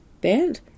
band